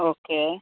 okay